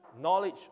knowledge